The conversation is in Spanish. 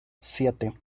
siete